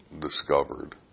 discovered